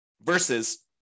versus